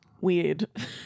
weird